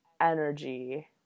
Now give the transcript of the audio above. energy